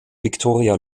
viktoria